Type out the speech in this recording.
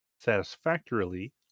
satisfactorily